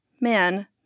man